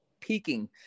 peaking